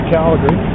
Calgary